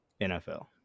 NFL